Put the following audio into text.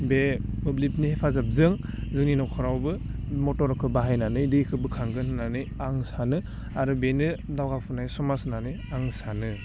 बे मोब्लिबनि हेफाजाबजों जोंनि नखरावबो मटरखौ बाहायनानै दैखौ बोखांगोन होननानै आं सानो आरो बेनो दावगाफुनाय समाज होननानै आं सानो